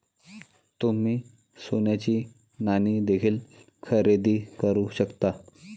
तुम्ही सोन्याची नाणी देखील खरेदी करू शकता